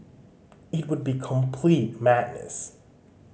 it would be complete madness